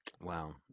Wow